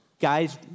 Guys